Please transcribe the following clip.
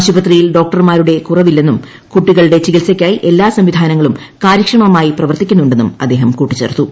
ആശുപത്രിയിൽ ഡോക്ടർമാരുടെ കുറവില്ലെന്നും കൂട്ടികളുടെ ചികിത്സയ്ക്കായി എല്ലാ സംവിധാനങ്ങളും കാര്യക്ഷമമായി പ്രവർത്തിക്കുന്നുണ്ടെന്നും അദ്ദേഹം കൂട്ടിച്ചേർത്തു